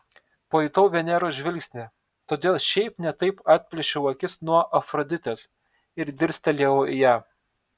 pajutau veneros žvilgsnį todėl šiaip ne taip atplėšiau akis nuo afroditės ir dirstelėjau į ją